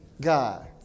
God